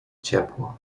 ciepło